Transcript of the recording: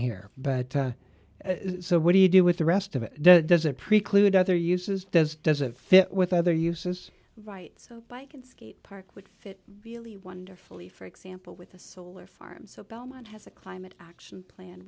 here but so what do you do with the rest of it doesn't preclude other uses does doesn't fit with other uses right so i can skate park which fit really wonderfully for example with a solar farm so belmont has a climate action plan